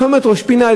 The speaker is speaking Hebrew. צומת ראש-פינה,